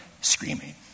screaming